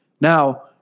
Now